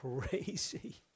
crazy